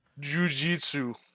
jujitsu